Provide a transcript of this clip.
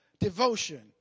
Devotion